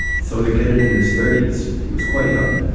so to get it in his thirty s, he was quite young.